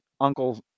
Uncle